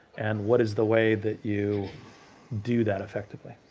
and what is the way that you do that effectively?